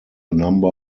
number